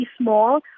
small